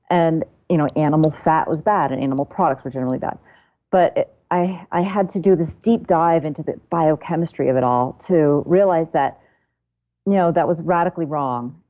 and you know animal fat was bad and animal products were generally bad but i i had to do this deep dive into the biochemistry of it all to realize that you know that was radically wrong.